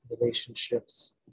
relationships